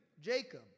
Jacob